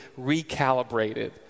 recalibrated